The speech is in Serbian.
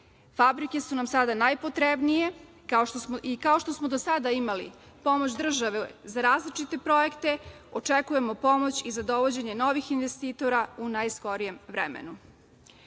Fabrike su nam sad najpotrebnije i kao što smo i do sada imali pomoć države za različite projekte očekujemo pomoć i za dovođenje novih investitora u najskorijem vremenu. Ja